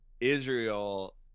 israel